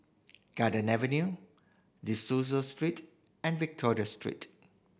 Garden Avenue De Souza Street and Victoria Street